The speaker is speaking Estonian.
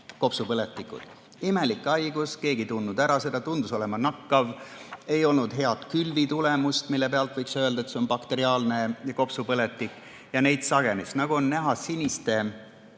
kopsupõletikud. Imelik haigus, keegi ei tundnud seda ära, tundus olevat nakkav. Ei olnud head külvitulemust, mille pealt võiks öelda, et see on bakteriaalne kopsupõletik, ja need juhtumid sagenesid. Nagu on slaidilt